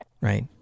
Right